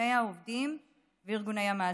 ארגוני העובדים וארגוני המעסיקים.